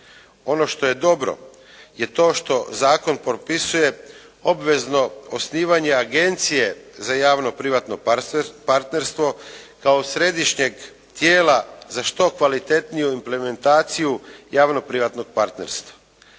Ono što je dobro je što zakon propisuje obvezno osnivanje agencije za javno-privatno partnerstvo kao središnjeg dijela za što kvalitetniju implementaciju javno-privatnog partnerstva.